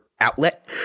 Outlet